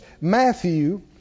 Matthew